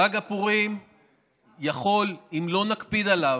חג הפורים יכול, אם לא נקפיד בו